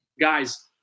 guys